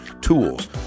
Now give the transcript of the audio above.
tools